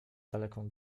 daleką